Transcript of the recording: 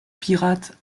pirates